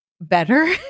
better